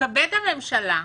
תתכבד הממשלה,